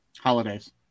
Holidays